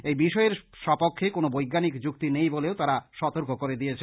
এই বিষয়ের সপক্ষে কোনো বৈজ্ঞানিক যুক্তি নেই বলেও তারা সতর্ক করে দিয়েছে